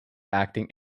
acting